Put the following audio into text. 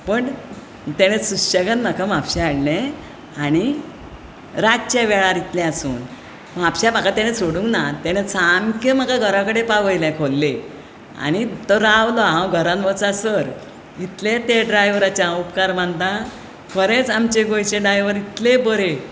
तेणी सुशेगाद म्हाका म्हापश्यां हाडलें आनी रातच्या वेळार इतलें आसुन म्हापश्यां म्हाका तेंणी सोडूंक ना तेणी सामकें म्हाका घरा कडेन पावयले खोर्ले आनी तो रावलो हांव घरांत वचसर इतले त्या ड्रायवराचे हांव उपकार मानता खरेंच आमचे गोंयचे ड्रायवर इतले बरे